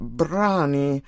brani